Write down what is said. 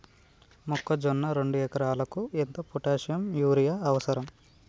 మొక్కజొన్న రెండు ఎకరాలకు ఎంత పొటాషియం యూరియా అవసరం?